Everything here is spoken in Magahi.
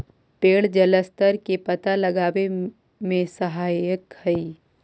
पेड़ जलस्तर के पता लगावे में सहायक हई